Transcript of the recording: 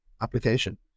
application